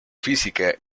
física